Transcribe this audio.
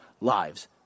lives